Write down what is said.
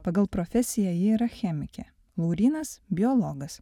pagal profesiją ji yra chemikė laurynas biologas